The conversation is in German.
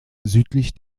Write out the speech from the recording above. südlich